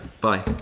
Bye